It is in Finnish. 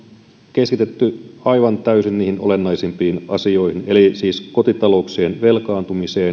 keskitytty aivan täysin niihin olennaisimpiin asioihin eli siis kotitalouksien velkaantumiseen